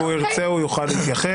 אם הוא ירצה הוא יוכל להתייחס.